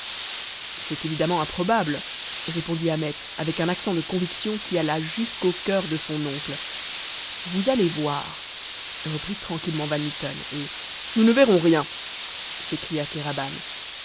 c'est évidemment improbable répondit ahmet avec un accent de conviction qui alla jusqu'au coeur de son oncle vous allez voir reprit tranquillement van mitten et nous ne verrons rien s'écria kéraban